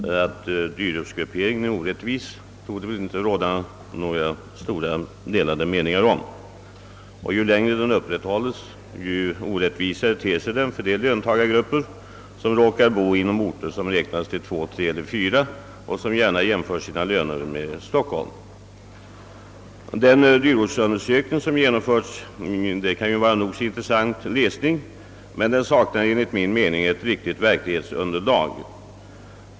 Herr talman! Att dyrortsgrupperingen är orättvis torde inte råda några delade meningar om. Ju längre den upprätthålles, desto orättvisare ter den sig för de löntagargrupper, som råkar bo inom orter som räknas till 3 eller 4 och som gärna jämför sina löner med dem som utgår i Stockholm. Det kan vara intressant att läsa om resultatet av den dyrortsundersökning som genomförts, men den saknar enligt min mening ett riktigt verklighetsunderlag.